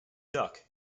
duck